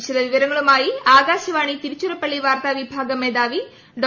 വിശദവിവരങ്ങളുമായി ആകാശവാണി തിരുച്ചിറപ്പള്ളി വാർത്താവിഭാഗം മേധാവി ഡോ